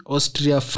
Austria